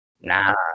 nah